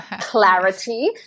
clarity